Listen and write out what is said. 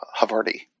Havarti